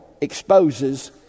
exposes